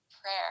prayer